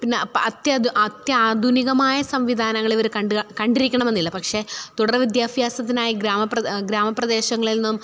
പിന്നെ അത്യാധുനികമായ സംവിധാനങ്ങൾ ഇവർ കണ്ടിരിക്കണം എന്നില്ല പക്ഷെ തുടര് വിദ്യാഭ്യാസത്തിനായി ഗ്രാമപ്രദേശങ്ങളില് നിന്നും